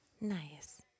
Nice